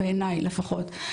בעיניי לפחות.